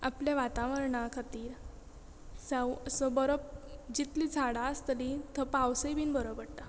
आपलें वातावरणा खातीर जावं असो बरो जितली झाडां आसतली थंय पावसूय बीन बरो पडटा